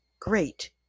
great